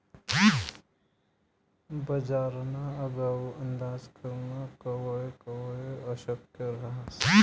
बजारना आगाऊ अंदाज करनं कवय कवय अशक्य रहास